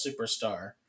superstar